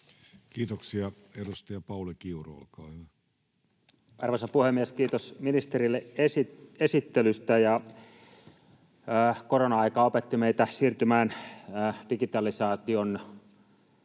lainsäädännöksi Time: 15:24 Content: Arvoisa puhemies! Kiitos ministerille esittelystä. Korona-aika opetti meitä siirtymään digitalisaation tuomiin